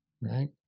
right